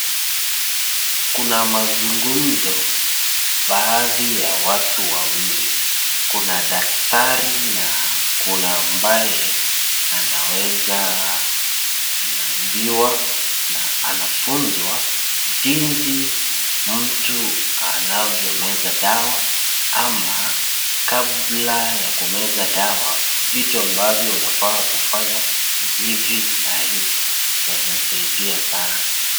Kuna mazungumzo baadhi ya watu wawili. Kuna daktari na kuna ambaye anaambiwa na anafunzwa jinsi mtu anavyomeza dawa ama kabla ya kumeza dawa, vitu ambavyo unafaa kufanya ni hivi na hivi na inasaidia sana.